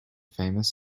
famous